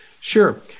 Sure